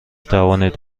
توانید